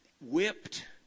whipped